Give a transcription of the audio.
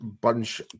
bunch